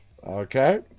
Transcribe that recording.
Okay